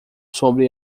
sobre